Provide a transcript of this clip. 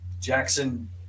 Jackson